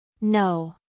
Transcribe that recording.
No